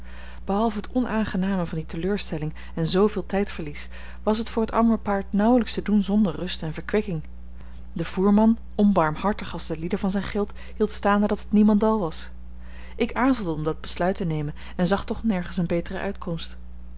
behalve het onaangename van die teleurstelling en zooveel tijdverlies was het voor het arme paard nauwelijks te doen zonder rust en verkwikking de voerman onbarmhartig als de lieden van zijn gild hield staande dat het niemendal was ik aarzelde om dat besluit te nemen en zag toch nergens eene betere uitkomst